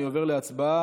אני עובר להצבעה.